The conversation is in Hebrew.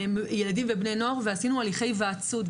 ובני הנוער האלה ועשינו הליכי היוועצות.